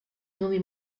nuovi